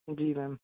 जी ma'am